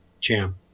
jam